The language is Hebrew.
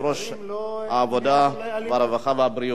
ועדת העבודה, הרווחה והבריאות.